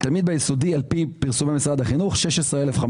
תלמיד ביסודי על פי פרסומי משרד החינוך 16,500,